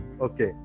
okay